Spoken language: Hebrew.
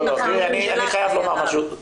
לא אני חייב לומר משהו,